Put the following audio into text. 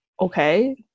okay